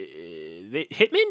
Hitman